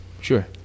Sure